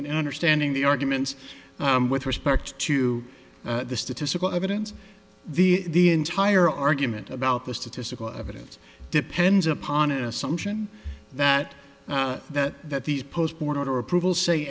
in understanding the arguments with respect to the statistical evidence the entire argument about the statistical evidence depends upon an assumption that that that these post border approval say